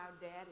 daddy